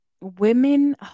women